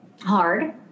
hard